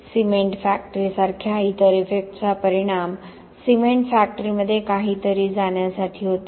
cement factory सारख्या इतर इफेक्ट्सचा परिणाम सिमेंट फॅक्टरीमध्ये काहीतरी जाण्यासाठी होतो